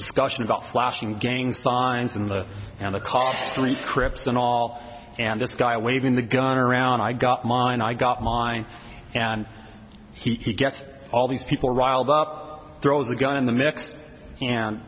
discussion about flashing gang signs and the and the costly crips and all and this guy waving the gun around i got mine i got mine and he gets all these people riled up throws a gun in the mix and